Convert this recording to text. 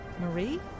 Marie